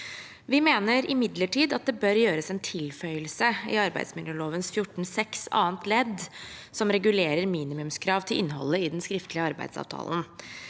Vi mener imidlertid at det bør gjøres en tilføyelse i arbeidsmiljøloven § 14-6 andre ledd, som regulerer minimumskrav til innholdet i den skriftlige arbeidsavtalen.